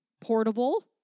portable